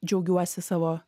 džiaugiuosi savo